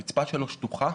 הרצפה שלו שטוחה